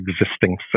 existing